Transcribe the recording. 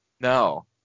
No